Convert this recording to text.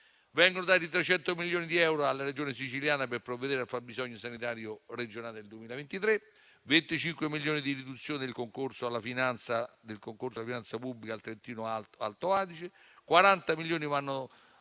vengono dati 300 milioni di euro alla Regione Sicilia per provvedere al fabbisogno sanitario regionale del 2023; 25 milioni di riduzione del concorso alla finanza pubblica al Trentino-Alto Adige; 40 milioni vanno